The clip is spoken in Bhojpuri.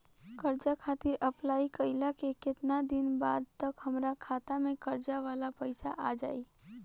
कर्जा खातिर अप्लाई कईला के केतना दिन बाद तक हमरा खाता मे कर्जा वाला पैसा आ जायी?